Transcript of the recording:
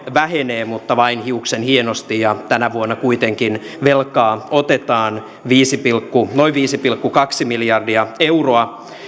vähenee mutta vain hiuksenhienosti ja tänä vuonna kuitenkin velkaa otetaan noin viisi pilkku kaksi miljardia euroa